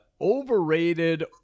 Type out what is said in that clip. overrated